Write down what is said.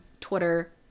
Twitter